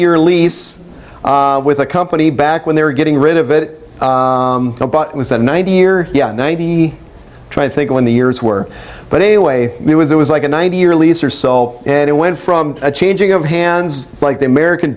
year lease with a company back when they were getting rid of it it was a ninety year ninety try think when the years were but anyway it was it was like a ninety year lease or so and it went from a changing of hands like the american